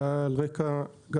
זה היה על רקע הקורונה,